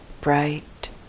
bright